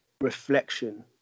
reflection